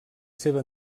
seva